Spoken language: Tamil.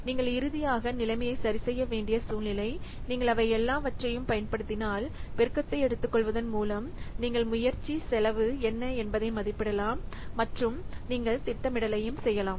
நீங்கள் இறுதியாக நிலைமையை சரிசெய்ய வேண்டிய சூழ்நிலை நீங்கள் அவை எல்லாவற்றையும் பயன்படுத்தினால் பெருக்கத்தை எடுத்துக்கொள்வதன் மூலம் நீங்கள் முயற்சி செலவு என்ன என்பதை மதிப்பிடலாம் மற்றும் நீங்கள் திட்டமிடலைச் செய்யலாம்